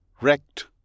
Wrecked